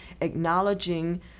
acknowledging